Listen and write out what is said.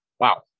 Wow